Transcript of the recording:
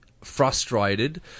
frustrated